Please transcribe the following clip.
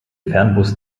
fernbus